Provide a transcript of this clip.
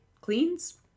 cleans